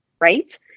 Right